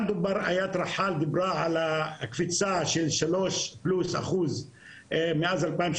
גם איאת רחאל דיברה על הקפיצה של הקפיצה של 3%+ מאז 2016,